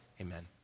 Amen